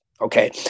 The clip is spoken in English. okay